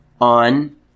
on